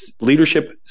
leadership